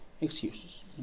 excuses